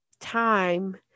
time